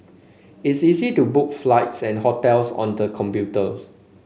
it's easy to book flights and hotels on the computer